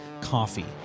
coffee